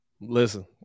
Listen